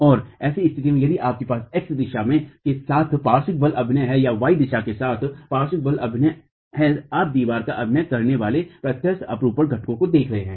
और ऐसी स्थिति में यदि आपके पास x दिशा के साथ पार्श्व बल अभिनय है या y दिशा के साथ पार्श्व बल अभिनय आप दीवारों पर अभिनय करने वाले प्रत्यक्ष अपरूपण घटकों को देख रहे हैं